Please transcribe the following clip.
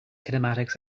kinematics